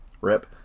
Rip